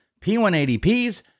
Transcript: P180Ps